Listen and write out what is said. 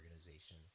organization